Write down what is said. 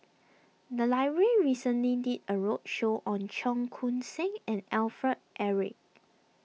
the library recently did a roadshow on Cheong Koon Seng and Alfred Eric